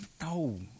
no